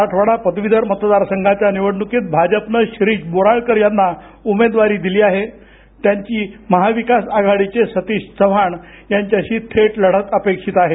मराठवाडा पदवीधर मतदार संघाच्या निवडणुकीत भाजपनं शिरीष बोराळकर यांना दिली आहे त्यांची महाविकास आघाडीचे सतीश चव्हाण यांच्याशी थेट लढत अपेक्षित आहे